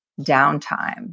downtime